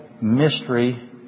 mystery